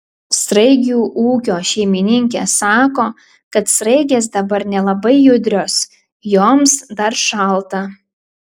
sraigių ūkio šeimininkė sako kad sraigės dabar nelabai judrios joms dar šalta